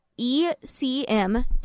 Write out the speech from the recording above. ECM